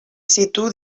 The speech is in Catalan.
situ